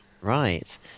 right